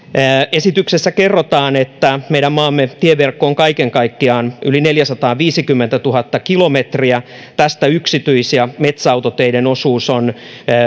esityksessä kerrotaan että meidän maamme tieverkko on kaiken kaikkiaan yli neljäsataaviisikymmentätuhatta kilometriä tästä yksityis ja metsäautoteiden osuus on